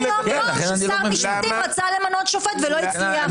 יום-יום ששר המשפטים רצה למנות שופט ולא הצליח.